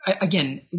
again